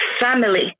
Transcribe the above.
family